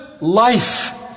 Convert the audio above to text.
life